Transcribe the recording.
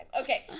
Okay